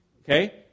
Okay